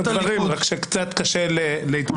אתה שב ואומר דברים, רק שקצת קשה להתמודד.